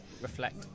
Reflect